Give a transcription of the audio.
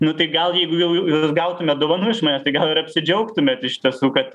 nu tai gal jeigu jau jūs gautumėt dovanų iš manęs tai gal ir apsidžiaugtumėt iš tiesų kad